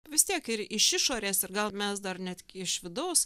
vis tiek ir iš išorės ir gal mes dar net iš vidaus